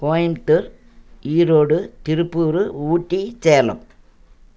Coimbatore Erode Tiruppur Ooty Salem